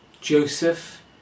Joseph